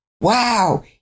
wow